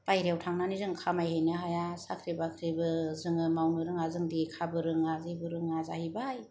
बायहेरायाव थांनानै जों खामायहैनो हाया साख्रि बाख्रिबो जोङो मावनो रोङा जों लेखाबो रोङा जेबो रोङा जाहैबाय